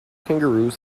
kangaroos